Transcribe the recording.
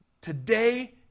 today